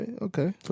Okay